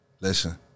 Listen